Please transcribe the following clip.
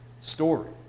Story